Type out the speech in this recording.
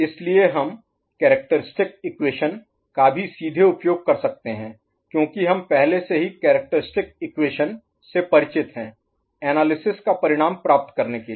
इसलिए हम characteristic equation का भी सीधे उपयोग कर सकते हैं क्योंकि हम पहले से ही कैरेक्टरिस्टिक इक्वेशन से परिचित हैं एनालिसिस का परिणाम प्राप्त करने के लिए